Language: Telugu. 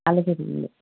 అలాగేనండి